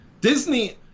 Disney